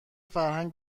فرهنگ